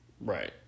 Right